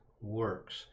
works